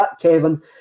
Kevin